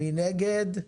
מי נגד?